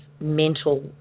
mental